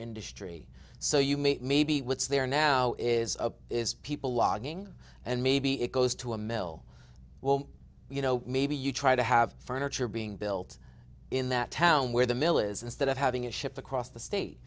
industry so you may maybe what's there now is is people logging and maybe it goes to a mill well you know maybe you try to have furniture being built in that town where the mill is instead of having it shipped across the state